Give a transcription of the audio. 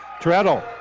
Treadle